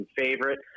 favorite